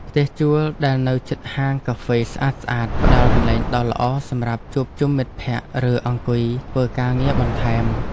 ផ្ទះជួលដែលនៅជិតហាងកាហ្វេស្អាតៗផ្តល់កន្លែងដ៏ល្អសម្រាប់ជួបជុំមិត្តភក្តិឬអង្គុយធ្វើការងារបន្ថែម។